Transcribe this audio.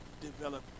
develop